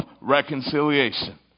reconciliation